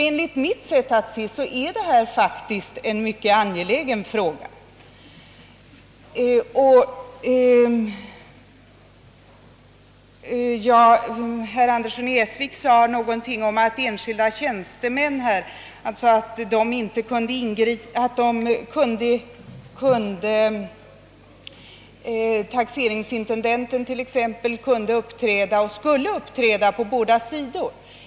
Enligt mitt sätt att se är detta faktiskt en mycket angelägen fråga. Herr Andersson i Essvik sade att taxeringsintendenten skulle uppträda på båda sidor.